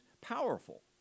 powerful